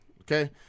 okay